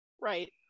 right